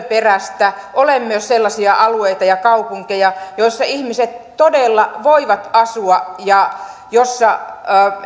perässä myös ovat sellaisia alueita ja kaupunkeja missä ihmiset todella voivat asua ja